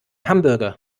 hamburger